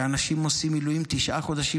אנשים עושים מילואים תשעה חודשים?